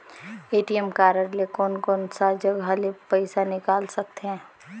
ATM card ले कोन कोन सा जगह ले पइसा निकाल सकथे?